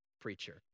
preacher